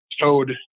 towed